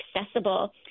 accessible